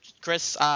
Chris